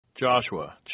Joshua